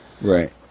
Right